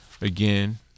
Again